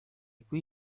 qui